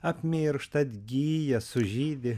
apmiršta atgyja sužydi